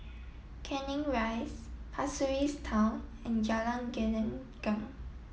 Canning Rise Pasir Ris Town and Jalan Gelenggang